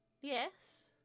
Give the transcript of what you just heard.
Yes